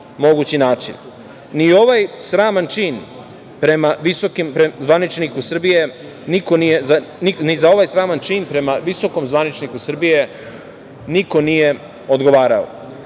niko nije odgovarao